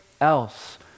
else